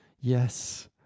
yes